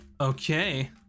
Okay